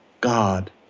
God